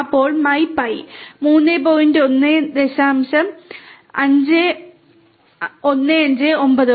അപ്പോൾ my pi 3